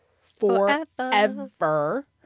forever